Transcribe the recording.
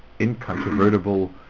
incontrovertible